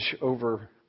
Over